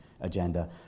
agenda